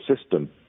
system